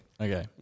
Okay